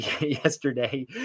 yesterday